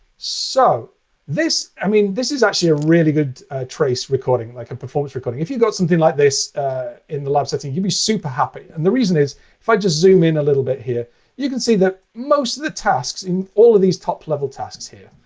so this i mean, this is actually a really good trace recording, like a performance recording. if you've got something like this in the lab setting, you'd be super happy. and the reason is if i just zoom in a little bit here you can see that most of the tasks in all of these top level tasks here,